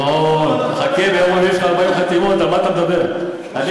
גירעון, שאני אחזור על זה עוד הפעם?